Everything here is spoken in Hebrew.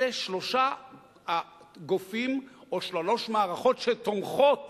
אלה שלושת הגופים או שלוש מערכות שתומכות